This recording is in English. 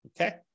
Okay